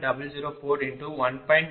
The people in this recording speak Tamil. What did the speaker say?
80992 40